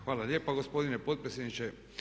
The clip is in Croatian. Hvala lijepa gospodine potpredsjedniče.